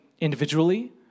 individually